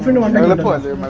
you know and of the toilet